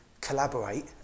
collaborate